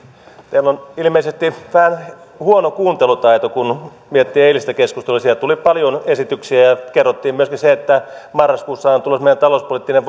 teillä on ilmeisesti huono kuuntelutaito kun miettii eilistä keskustelua siellä tuli paljon esityksiä ja kerrottiin myöskin se että marraskuussa on tulossa meidän talouspoliittinen